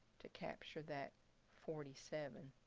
to capture that forty seven.